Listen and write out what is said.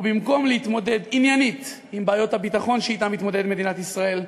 ובמקום להתמודד עניינית עם בעיות הביטחון שאתן מתמודדת מדינת ישראל,